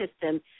system